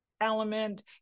element